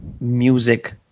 music